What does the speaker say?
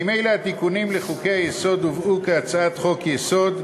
ממילא התיקונים לחוקי-היסוד הובאו כהצעת חוק-יסוד,